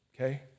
Okay